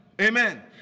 amen